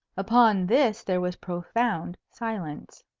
upon this there was profound silence.